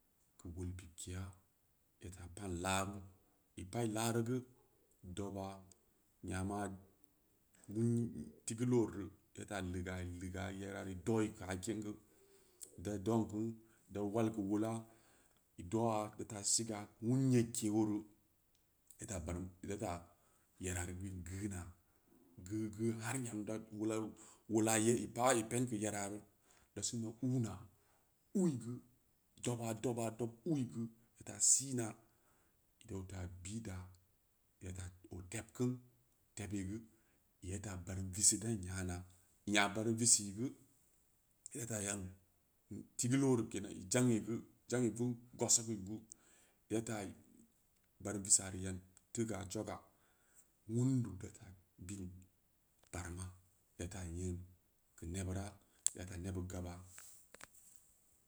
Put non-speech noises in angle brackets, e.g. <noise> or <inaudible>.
Keu wol pip keya ida ta pa'an laaru i pa'i laaru geu doba yama woo tigeulu ori ida ta leega i leeg yarari ido'oi keu akin geu ida don geu ida wal keu wola i do'a ta siga wun yedke oru ida ta baramida yerari bi'in geuna- geu- geu har yam dan wula wola yereu da sina uu na uu'i geu doba- doba- dob uu'i geu da ta sina dau ta bida dau dan da'a darr o tem kein tebeu'i geu ida barum visi dan nya'ana iya barum visi'i geu ida ta yan <hesitation> tigeulu ori kenan i jangi geu ijang i vugu gossok geu data barum visari yan tega jogo wun du kan biin baruma data yeen keu nebura ida ta nebud gaba. <noise>